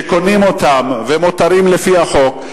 שקונים אותם והם מותרים לפי החוק.